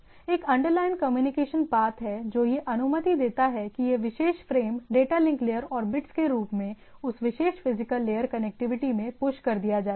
एक underline communication path है जो यह अनुमति देता है कि यह विशेष फ्रेम डेटा लिंक लेयर और बिट्स के रूप में उस विशेष फिजिकल लेयर कनेक्टिविटी में पुश कर दिया जाता है